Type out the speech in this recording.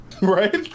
Right